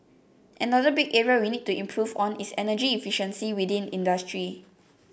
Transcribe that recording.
another big area we need to improve on is energy efficiency within industry